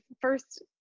first